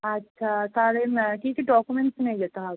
আচ্ছা তালে কী কী ডকুমেন্টস নিয়ে যেতে হবে